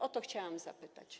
O to chciałam zapytać.